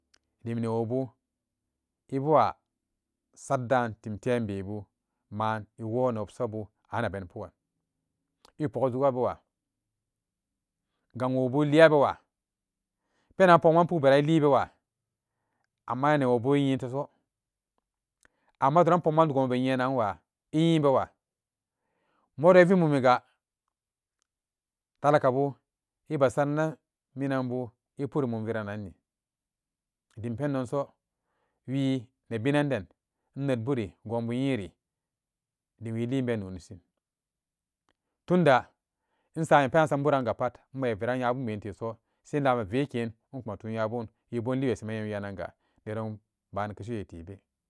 Eya jugun ga inkom inkami e juguriga e pogum wee daanan pee e nedon be dan begaa maa beran kanene dim neewoobuu e bewa saddan tim tembebu maan ewo newobsabu an ebeni pugan epok ejuga bewa gang woo buu eliya bewa, penan pokman pukberan eli bewa amma ne wobu innyinteso amma donari pokman gonbu be nyinananwa innyibewa modon evimuumigaa talaka bu ebe saranan minan bu e pun mum vira nanni dimpendonso wii ne binanbeinyibbun gonbu innyiri din wi lin benonisin tunda insam penan samburan gapat mawe veraan nyabun teso sinaman vekeel inku maa tun nyabun wiboo inlin wesemen yem wiyanga veran bani kyeshi wetebe.